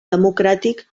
democràtic